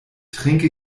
trinke